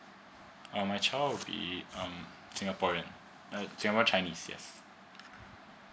uh my child will be um singaporeans uh singapore chinese yes